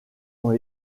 ont